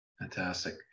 Fantastic